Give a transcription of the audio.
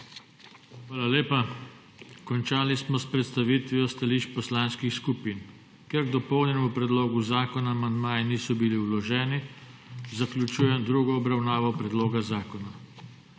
Hvala lepa. Končali smo s predstavitvijo stališč poslanskih skupin. Ker k dopolnjenemu predlogu zakona amandmaji niso bili vloženi, zaključujem drugo obravnavo predloga zakona.